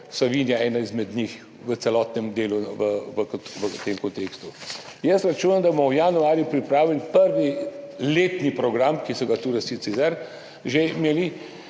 [porečje] Savinje v celotnem delu v tem kontekstu. Jaz računam, da bomo v januarju pripravili prvi letni program, ki so ga tu sicer že imeli